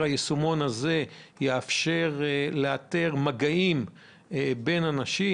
היישומון הזה יאפשר לאתר מגעים בין אנשים,